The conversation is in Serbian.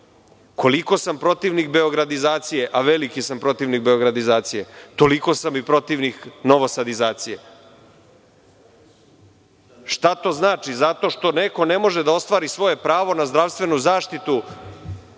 Koliko sam protivnik beogradizacije, a veliki sam protivnik beogradizacije, toliko sam i protivnik novosadizacije. Šta to znači? Zato što neko ne može da ostvari svoje pravo na zdravstvenu zaštitu,